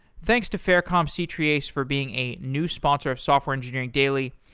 thanks to faircom c-treeace for being a new sponsor of software engineering daily,